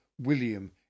William